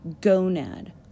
gonad